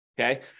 okay